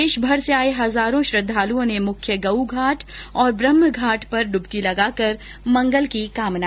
देश भर से आए हजारों श्रद्धालुओं ने मुख्य गंउ घाट एवं ब्रह्म घाट पर डुबकी लगाकर मंगल की कामना की